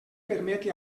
permeti